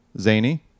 zany